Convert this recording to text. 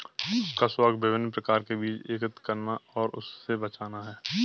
उसका शौक विभिन्न प्रकार के बीज एकत्र करना और उसे बचाना है